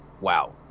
wow